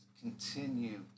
continue